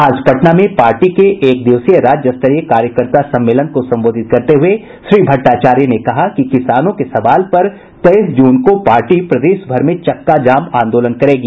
आज पटना में पार्टी के एकदिवसीय राज्य स्तरीय कार्यकर्ता सम्मेलन को संबोधित करते हुए श्री भहाचार्य ने कहा कि किसानों के सवाल पर तेईस जून को पार्टी प्रदेश भर में चक्का जाम आंदोलन करेगी